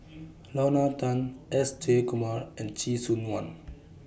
Lorna Tan S Jayakumar and Chee Soon one